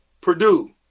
Purdue